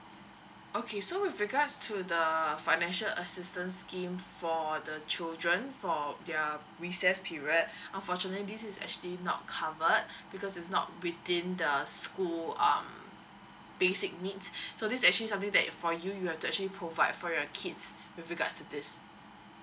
okay so with regards to the financial assistance scheme for the children for their recess period unfortunately this is actually not covered because it's not within the school um basic needs so this is actually something that for you you have to actually provide for your kids with regards to this